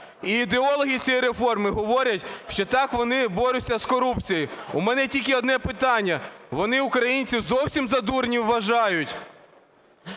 ідеологи цієї реформи говорять, що так вони борються з корупцією. У мене тільки одне питання: вони українців зовсім за дурнів вважають?